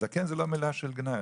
זקן זו לא מילה של גנאי,